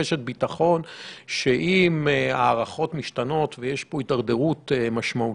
רשת ביטחון למצב שבו הערכות משתנות ויש הידרדרות משמעותית,